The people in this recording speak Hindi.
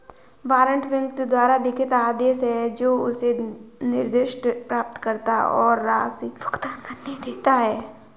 वारंट व्यक्ति द्वारा लिखित आदेश है जो उसे निर्दिष्ट प्राप्तकर्ता को राशि भुगतान करने देता है